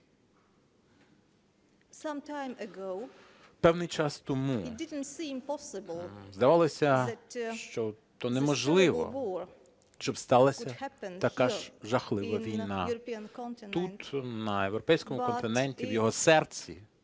певний час тому здавалося, що неможливо, щоб сталася така жахлива війна тут, на європейському континенті, в його серці.